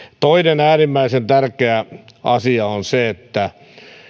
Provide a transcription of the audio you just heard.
toinen äärimmäisen tärkeä asia on se että